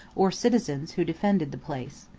or citizens, who defended the place.